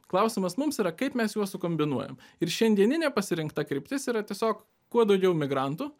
klausimas mums yra kaip mes juos sukombinuojam ir šiandieninė pasirinkta kryptis yra tiesiog kuo daugiau migrantų